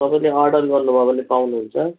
तपाईँले अर्डर गर्नु भयो भने पाउनु हुन्छ